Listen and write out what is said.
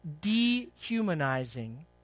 dehumanizing